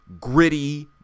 gritty